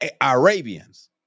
arabians